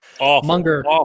Munger